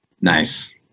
Nice